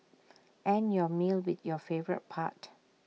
end your meal with your favourite part